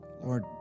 Lord